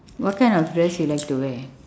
what kind of dress you like to wear